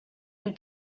une